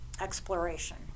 exploration